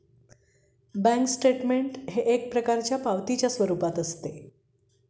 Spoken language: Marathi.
बँक स्टेटमेंट हे एक प्रकारच्या पावतीच्या स्वरूपात असते